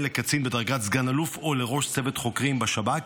לקצין בדרגת סגן אלוף או לראש צוות חוקרים בשב"כ,